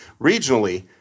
regionally